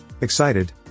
excited